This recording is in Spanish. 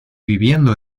viviendo